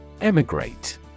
Emigrate